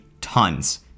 tons